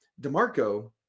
DeMarco